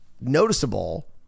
noticeable